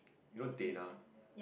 you know Deana